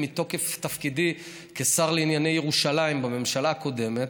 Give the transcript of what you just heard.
מתוקף תפקידי כשר לענייני ירושלים בממשלה הקודמת.